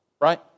Right